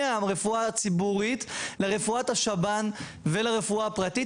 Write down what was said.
מהרפואה הציבורית לרפואת השב"ן ולרפואה הפרטית,